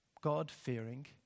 God-fearing